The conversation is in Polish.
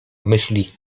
myśli